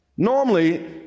Normally